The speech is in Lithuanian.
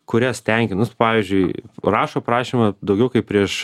kurias tenkinus pavyzdžiui rašo prašymą daugiau kaip prieš